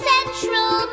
Central